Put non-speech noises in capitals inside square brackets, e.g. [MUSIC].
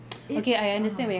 [NOISE] it ah